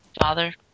father